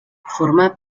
formà